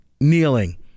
kneeling